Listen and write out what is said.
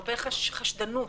הרבה חשדנות.